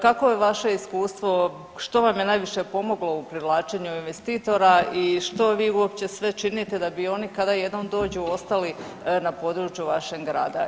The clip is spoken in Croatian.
Kako je vaše iskustvo, što vam je najviše pomoglo u privlačenju investitora i što vi uopće sve činite da bi oni kada jednom dođu ostali na području vašeg grada?